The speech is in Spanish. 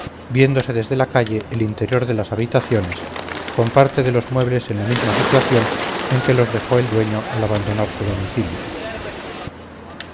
viéndose desde la calle el interior de las habitaciones con parte de los muebles en la misma situación en que los dejó el dueño al abandonar su domicilio